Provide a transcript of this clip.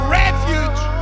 refuge